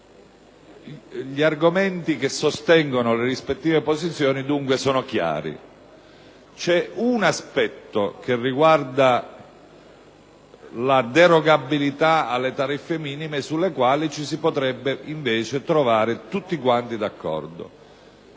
gli argomenti che sostengono le rispettive posizioni. C'è un aspetto che riguarda la derogabilità delle tariffe minime su cui ci si potrebbe invece trovare tutti quanti d'accordo: